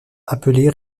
appelé